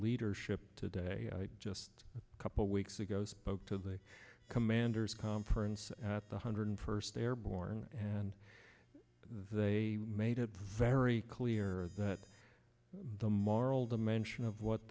leadership today just a couple of weeks ago spoke to the commanders conference at the hundred first airborne and they made it very clear that the marl dimension of what